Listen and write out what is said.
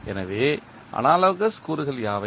எனவே அனாலோகஸ் கூறுகள் யாவை